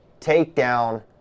takedown